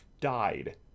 died